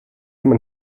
man